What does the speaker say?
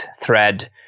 thread